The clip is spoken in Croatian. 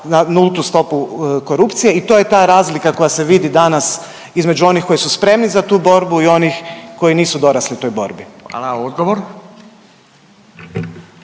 za nultu stopu korupcije i to je ta razlika koja se vidi danas između onih koji su spremni za tu borbu i onih koji nisu dorasli toj borbi. **Radin,